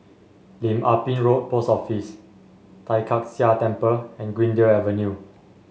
Lim Ah Pin Road Post Office Tai Kak Seah Temple and Greendale Avenue